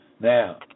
Now